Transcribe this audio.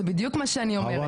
זה בדיוק מה שאני אומרת.